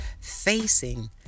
facing